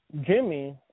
Jimmy